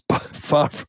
far